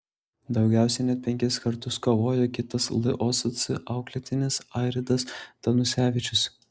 daugiausiai net penkis kartus kovojo kitas losc auklėtinis airidas danusevičius